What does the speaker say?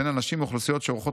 בין אנשים ואוכלוסיות שאורחות